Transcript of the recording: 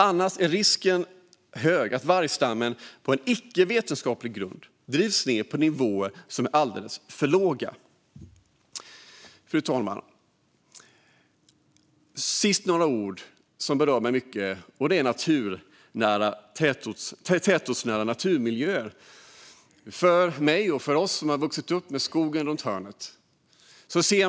Annars är risken stor att vargstammen på icke vetenskaplig grund drivs ned på nivåer som är alldeles för låga. Fru talman! Så några ord om något som berör mig mycket: tätortsnära naturmiljöer. Jag växte upp med skogen runt hörnet.